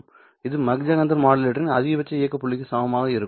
இது Mach Zehnder மாடுலேட்டரின் அதிகபட்ச இயக்க புள்ளிக்கு சமமாக இருக்கும்